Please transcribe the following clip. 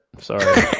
Sorry